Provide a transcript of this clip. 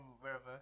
wherever